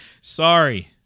Sorry